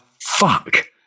fuck